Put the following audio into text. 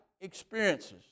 experiences